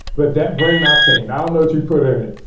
but that brain octane, i don't what you put in it,